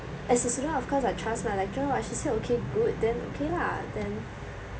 as the student of course I trust my lecturer lah I she say okay good then okay lah